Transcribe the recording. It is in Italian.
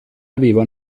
aveva